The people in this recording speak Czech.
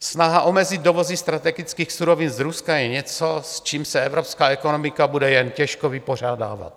Snaha omezit dovozy strategických surovin z Ruska je něco, s čím se evropská ekonomika bude jen těžko vypořádávat.